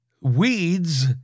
Weeds